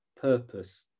purpose